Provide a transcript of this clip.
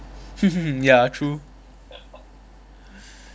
ya true